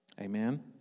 Amen